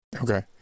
Okay